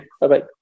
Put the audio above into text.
Bye-bye